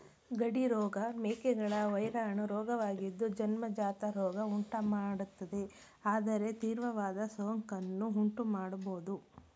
ಗಡಿ ರೋಗ ಮೇಕೆಗಳ ವೈರಾಣು ರೋಗವಾಗಿದ್ದು ಜನ್ಮಜಾತ ರೋಗ ಉಂಟುಮಾಡ್ತದೆ ಆದರೆ ತೀವ್ರವಾದ ಸೋಂಕನ್ನು ಉಂಟುಮಾಡ್ಬೋದು